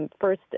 first